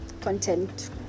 content